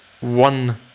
one